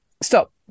stop